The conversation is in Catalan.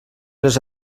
les